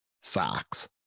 socks